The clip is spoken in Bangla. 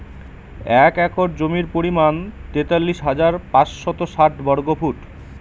এক একর জমির পরিমাণ তেতাল্লিশ হাজার পাঁচশত ষাট বর্গফুট